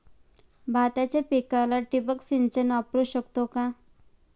भाताच्या पिकाला ठिबक सिंचन वापरू शकतो का?